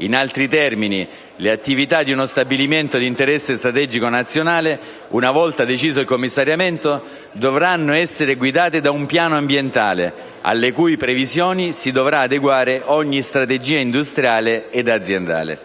In altri termini, le attività di uno stabilimento di interesse strategico nazionale, una volta deciso il commissariamento, dovranno essere guidate da un piano ambientale, alle cui previsioni si dovrà adeguare ogni strategia industriale ed aziendale.